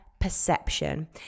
perception